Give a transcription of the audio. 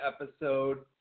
episode